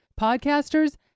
Podcasters